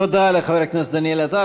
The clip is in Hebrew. תודה לחבר הכנסת דניאל עטר.